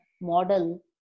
model